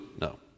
No